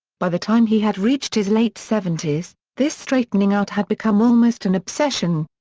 by the time he had reached his late seventies, this straightening out had become almost an obsession.